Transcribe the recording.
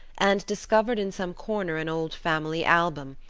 and discovered in some corner an old family album,